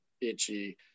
itchy